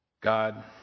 God